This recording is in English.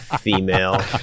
Female